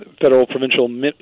federal-provincial